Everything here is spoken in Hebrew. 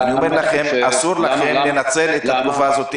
אני אומר לכם: אסור לכם לנצל את התקופה הזאת.